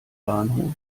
bahnhof